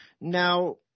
Now